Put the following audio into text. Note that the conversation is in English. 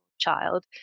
child